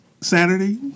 Saturday